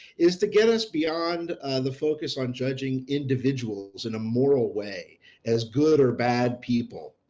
is to get us beyond the focus on judging individuals in a moral way as good or bad people,